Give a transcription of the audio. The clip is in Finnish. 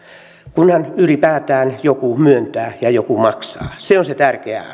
kunhan ylipäätään joku myöntää ja joku maksaa se on se tärkeä